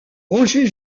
roger